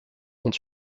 ont